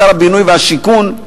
שהיה שר הבינוי והשיכון,